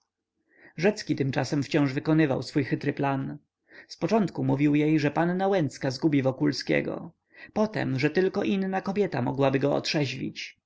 rzecki tymczasem wciąż wykonywał swój chytry plan z początku mówił jej że panna łęcka zgubi wokulskiego potem że tylko inna kobieta mogłaby go otrzeźwić